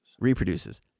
Reproduces